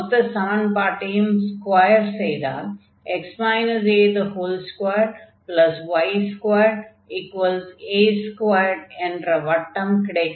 மொத்த சமன்பாட்டையும் ஸ்கொயர் செய்தால் x a2y2 a2 என்ற வட்டம் கிடைக்கும்